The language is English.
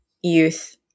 youth